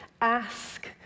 ask